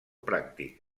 pràctic